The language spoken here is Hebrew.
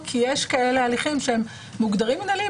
כי יש כאלה הליכים שמוגדרים מינהליים.